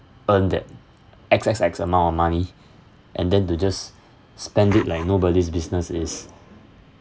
earn that X X X amount of money and then to just spend it like nobody's business is